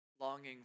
longing